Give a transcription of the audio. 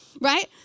right